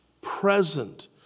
present